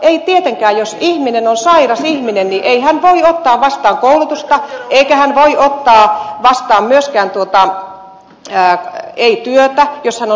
ei tietenkään jos on sairas ihminen voi ottaa vastaan koulutusta eikä voi ottaa vastaan myöskään työtä